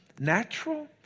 Natural